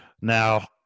Now